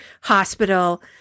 hospital